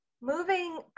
moving